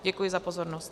Děkuji za pozornost.